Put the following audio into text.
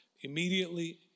immediately